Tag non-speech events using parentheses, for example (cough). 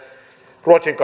ruotsin (unintelligible)